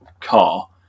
car